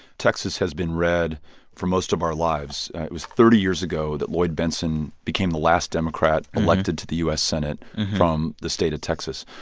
texas has been red for most of our lives. it was thirty years ago that lloyd bentsen became the last democrat elected to the u s. senate from the state of texas.